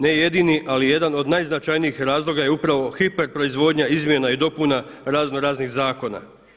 Ne jedini, ali jedan od najznačajnijih razloga je upravo hiper proizvodnja, izmjena i dopuna razno raznih zakona.